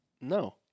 No